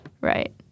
Right